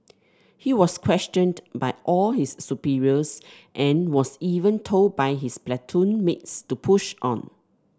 he was questioned by all his superiors and was even told by his platoon mates to push on